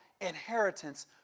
inheritance